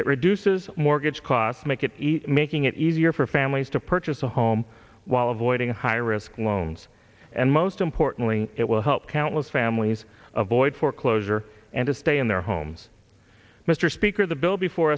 it reduces mortgage costs make it easy making it easier for families to purchase a home while avoiding high risk loans and most importantly it will help countless families of void foreclosure and to stay in their homes mr speaker the bill before